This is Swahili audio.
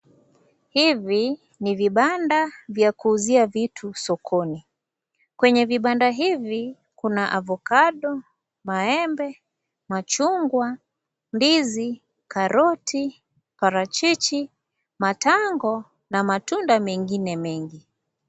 Hivi ni vibanda vya kuuzia vitu sokoni, kwenye vibanda hivi kuna avocado maembe, machungwa, ndizi, karoti, parachichi, matango na matunda mengine mengi.